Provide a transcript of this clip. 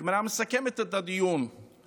הגמרא מסכמת את הדיון במילים